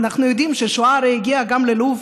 אנחנו יודעים שהשואה הגיעה גם ללוב,